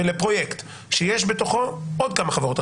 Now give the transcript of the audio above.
לפרויקט שיש בתוכו עוד כמה חברות.